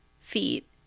feet